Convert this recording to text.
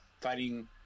fighting